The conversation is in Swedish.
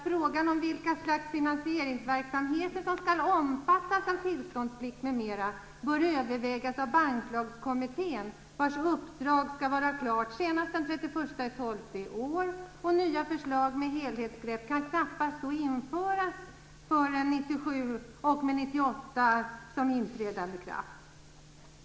Frågan om vilka slags finansieringsverksamheter som skall omfattas av tillståndsplikt m.m. bör övervägas av Banklagskommittén, vars uppdrag skall vara klart senast den 31 december 1996. Nya förslag med helhetsgrepp kan knappast väntas förrän 1997-1998.